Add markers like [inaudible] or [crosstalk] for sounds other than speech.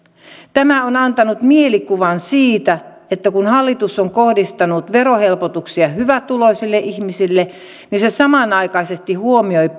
tämä on antanut mielikuvan siitä että kun hallitus on kohdistanut verohelpotuksia hyvätuloisille ihmisille niin se samanaikaisesti huomioi [unintelligible]